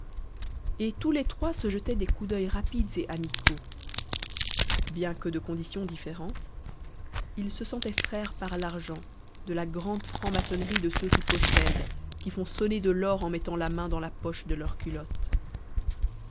et tous les trois se jetaient des coups d'oeil rapides et amicaux bien que de conditions différentes ils se sentaient frères par l'argent de la grande franc-maçonnerie de ceux qui possèdent qui font sonner de l'or en mettant la main dans la poche de leur culotte